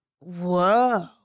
Whoa